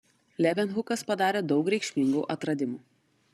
levenhukas padarė daug reikšmingų atradimų